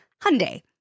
Hyundai